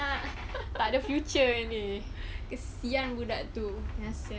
takde future ni kesian budak tu